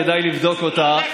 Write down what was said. כדאי לבדוק אותה.